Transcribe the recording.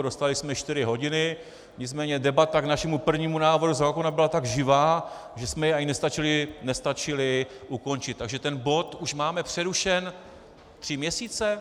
Dostali jsme čtyři hodiny, nicméně debata k našemu prvnímu návrhu zákona byla tak živá, že jsme ji ani nestačili ukončit, takže ten bod už máme přerušen tři měsíce?